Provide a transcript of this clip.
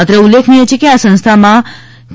અત્રે ઉલ્લેખનીય છે કે આ સંસ્થામાં કે